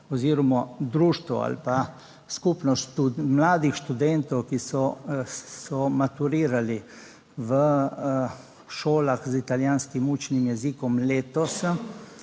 oziroma društvo ali pa Skupnost mladih študentov, ki so maturirali v šolah z italijanskim učnim jezikom letos